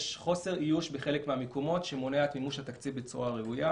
יש חוסר איוש בחלק מהמקומות שמונע את מימוש התקציב בצורה ראויה.